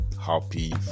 happy